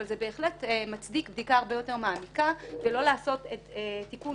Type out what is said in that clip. אבל זה בהחלט מצדיק בדיקה הרבה יותר מעיקה ולא לעשות סיכום